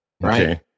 right